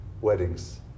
weddings